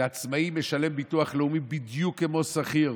שעצמאי משלם ביטוח לאומי בדיוק כמו שכיר,